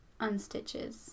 unstitches